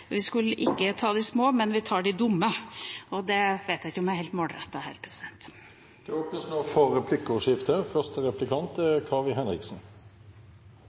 vi skulle ikke ta de små, men vi skulle ta de dumme, og det vet jeg ikke om er helt målrettet her.